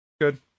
good